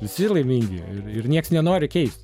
visi laimingi ir ir nieks nenori keist